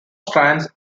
strands